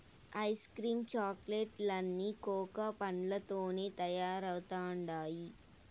ice cream chocolate లన్నీ coca పండ్లతోనే తయారైతండాయి